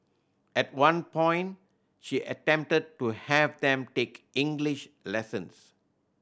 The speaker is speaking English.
at one point she attempted to have them take English lessons